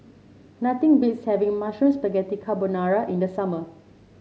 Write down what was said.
nothing beats having Mushroom Spaghetti Carbonara in the summer